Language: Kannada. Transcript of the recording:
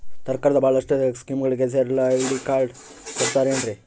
ಸರ್ಕಾರದ ಬಹಳಷ್ಟು ಸ್ಕೇಮುಗಳಿಗೆ ಸೇರಲು ಐ.ಡಿ ಕಾರ್ಡ್ ಕೊಡುತ್ತಾರೇನ್ರಿ?